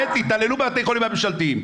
תתעללו בבתי החולים הממשלתיים.